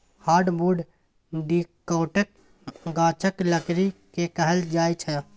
hardwood डिकौटक गाछक लकड़ी केँ कहल जाइ छै